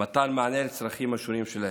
ולתת מענה לצרכים השונים שלהם.